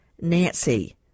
nancy